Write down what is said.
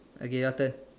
okay your turn